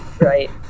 Right